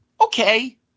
okay